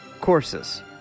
courses